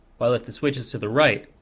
while if the switch is to the right,